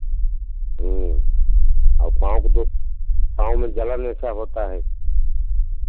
हाँ पाँव का तो पाँव में जलन जैसा होता है